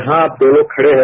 जहां आप दो लोग खडे हैं